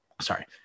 sorry